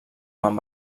quan